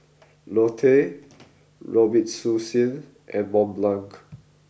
Lotte Robitussin and Mont Blanc